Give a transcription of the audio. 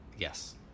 Yes